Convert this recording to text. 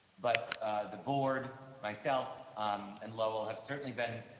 but the board myself um and level have certainly been